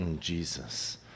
Jesus